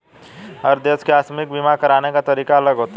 हर देश के आकस्मिक बीमा कराने का तरीका अलग होता है